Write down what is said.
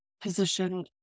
position